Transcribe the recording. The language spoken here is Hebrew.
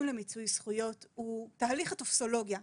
למיצוי זכויות הוא תהליך הטופסולוגיה,